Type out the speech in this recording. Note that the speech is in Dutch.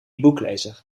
boeklezer